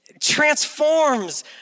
transforms